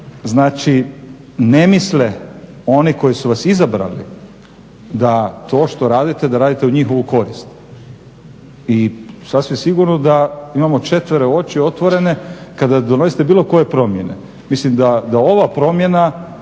Znači ne misle oni koji su vas izabrali da to što radite da radite u njihovu korist i sasvim sigurno da imamo četvere oči otvorene kada donosite bilo koje promjene. Mislim da ova promjena